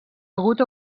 agut